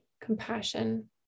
compassion